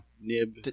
nib